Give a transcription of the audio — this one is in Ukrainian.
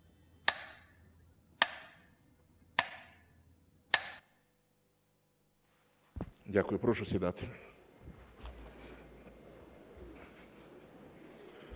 Дякую. Прошу сідати.